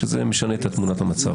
שזה משנה את תמונת המצב.